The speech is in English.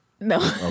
No